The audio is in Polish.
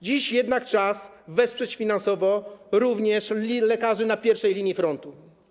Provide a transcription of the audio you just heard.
Dziś jednak czas wesprzeć finansowo również lekarzy na pierwszej linii frontu.